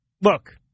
Look